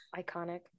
Iconic